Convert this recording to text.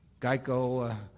Geico